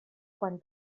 quan